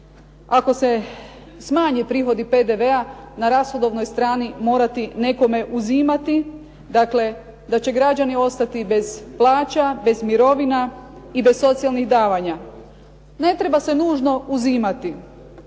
ako se smanje prihodi PDV na rashodovnoj strani morati nekome uzimati, dakle, da će građani ostati bez plaća, bez mirovina i bez socijalnih davanja. Ne treba se nužno uzimati.